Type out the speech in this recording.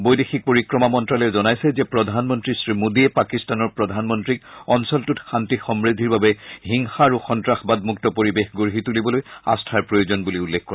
বৈদেশিক পৰিক্ৰমা মন্তালয়ে জনাইছে যে প্ৰধানমন্ত্ৰী শ্ৰীমোদীয়ে পাকিস্তানৰ প্ৰধানমন্ত্ৰীক অঞ্চলটোত শান্তি সমূদ্ধিৰ বাবে হিংসা আৰু সন্তাসবাদমুক্ত পৰিৱেশ গঢ়ি তুলিবলৈ আস্থাৰ প্ৰয়োজন বুলি উল্লেখ কৰে